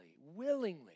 willingly